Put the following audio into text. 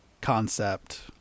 concept